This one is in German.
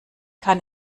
kann